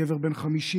גבר בן 50,